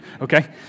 okay